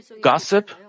gossip